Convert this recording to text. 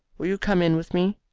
will you come in with me?